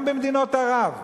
גם במדינות ערב,